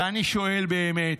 ואני שואל באמת: